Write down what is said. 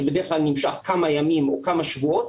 שבדרך כלל נמשך כמה ימים או כמה שבועות,